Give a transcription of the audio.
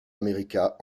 america